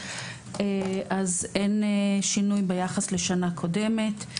אז אין שינוי ביחס לשנה קודמת.